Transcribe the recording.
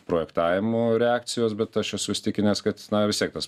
projektavimu reakcijos bet aš esu įsitikinęs kad na vis tiek tas